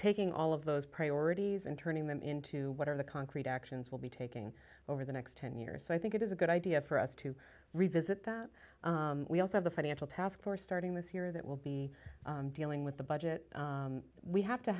taking all of those priorities and turning them into what are the concrete actions will be taking over the next ten years so i think it is a good idea for us to revisit that we also have the financial task force starting this year that will be dealing with the budget we have to